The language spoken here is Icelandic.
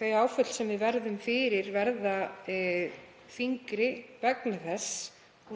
Þau áföll sem við verðum fyrir verða þyngri vegna þess.